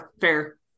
fair